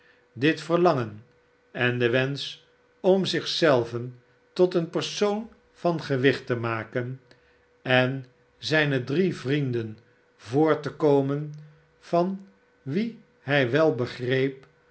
dit verlangen en de wensch om zich zelven tot een persoon van gewicht te maken en zijne drie vrienden voor te komen van wie hij wel begreep